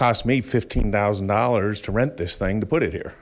cost me fifteen thousand dollars to rent this thing to put it here